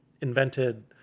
invented